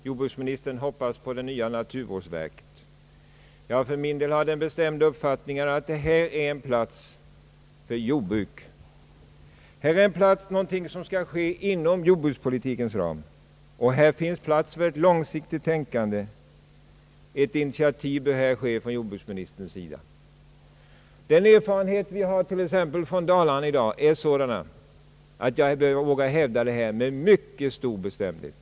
Jordbruksministern hoppas på det nya naturvårdsverket. Jag för min del har den bestämda uppfattningen att detta är en plats för jordbruket. Det är någonting som skall ske inom jordbrukspolitikens ram. Här finns plats för ett långsiktigt tänkande. Ett initiativ bör tas av jordbruksministern. De erfarenheter vi har t.ex. från Dalarna i dag är sådana att jag vågar hävda detta med mycket stor bestämdhet.